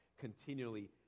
continually